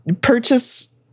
purchase